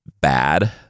bad